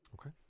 Okay